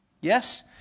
Yes